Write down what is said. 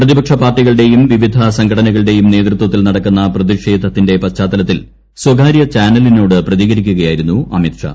പ്രതിപക്ഷ പാർട്ടികളുടെയും വിവിധ സംഘടനകളുടെയും നേതൃത്വത്തിൽ നടക്കുന്ന ്ലപ്രതിഷേധത്തിന്റെ പശ്ചാത്തലത്തിൽ സ്വകാര്യ ചാനലിനോട് ക്ടിത്രിക്രിക്കുകയായിരുന്നു അമിത് ഷാ